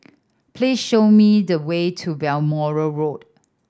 please show me the way to Balmoral Road